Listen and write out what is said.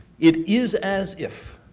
it is as if